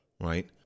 Right